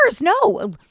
No